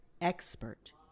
expert